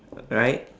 yup right